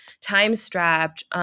time-strapped –